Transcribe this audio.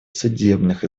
судебных